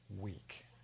week